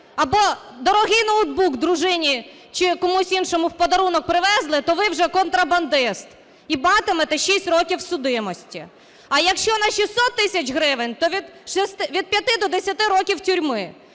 або дорогий ноутбук дружині чи комусь іншому в подарунок привезли, то ви вже контрабандист і матимете 6 років судимості. А, якщо на 600 тисяч гривень, то від 5 до 10 років тюрми.